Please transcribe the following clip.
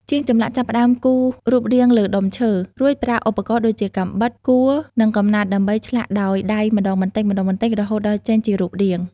ជាងចម្លាក់ចាប់ផ្ដើមគូសរូបរាងលើដុំឈើ រួចប្រើឧបករណ៍ដូចជា កាំបិត កួរ និងកំណាត់ដើម្បីឆ្លាក់ដោយដៃម្ដងបន្តិចៗរហូតដល់ចេញជារូបរាង។